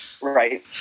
Right